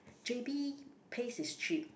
j_b paste is cheap